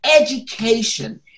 education